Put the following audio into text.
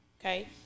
okay